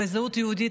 על זהות יהודית,